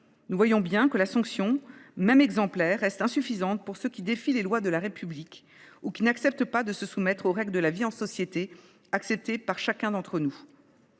Nous voyons bien que la sanction, même exemplaire, reste insuffisante pour ceux qui défient les lois de la République ou qui n’acceptent pas de se soumettre aux règles de la vie en société, acceptées par chacun d’entre nous.